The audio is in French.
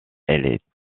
est